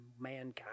mankind